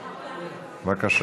בבקשה.